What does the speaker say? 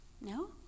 no